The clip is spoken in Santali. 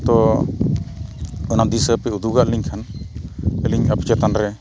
ᱛᱚ ᱚᱱᱟ ᱫᱤᱥᱟᱹᱯᱮ ᱩᱫᱩᱜᱟ ᱞᱤᱧ ᱠᱷᱟᱱ ᱟᱹᱞᱤᱧ ᱟᱵᱚ ᱪᱮᱛᱟᱱ ᱨᱮ